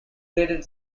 graded